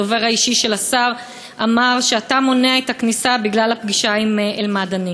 הדובר האישי של השר אמר שאתה מונע את הכניסה בגלל הפגישה עם אל-מדני.